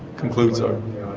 concludes our